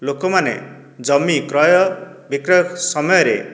ଲୋକମାନେ ଜମି କ୍ରୟ ବିକ୍ରୟ ସମୟରେ